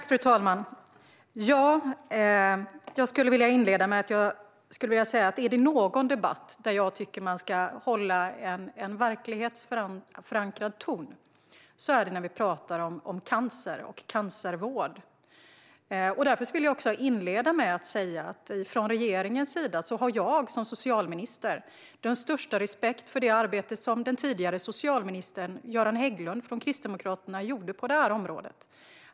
Fru talman! Är det någon debatt där jag tycker att man ska hålla en verklighetsförankrad ton är det när vi pratar om cancer och cancervård. Därför skulle jag vilja inleda med att säga att jag som socialminister har den största respekt för det arbete som den tidigare socialministern Göran Hägglund från Kristdemokraterna gjorde på det här området.